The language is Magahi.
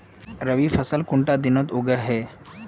रवि फसल कुंडा दिनोत उगैहे?